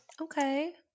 Okay